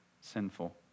sinful